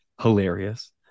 hilarious